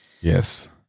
Yes